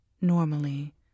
normally